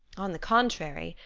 on the contrary,